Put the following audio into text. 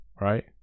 right